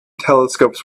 telescopes